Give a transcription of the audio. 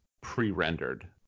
pre-rendered